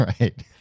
Right